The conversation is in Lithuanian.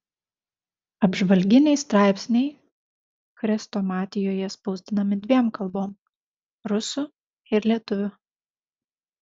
apžvalginiai straipsniai chrestomatijoje spausdinami dviem kalbom rusų ir lietuvių